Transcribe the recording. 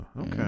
okay